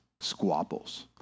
squabbles